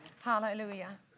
Hallelujah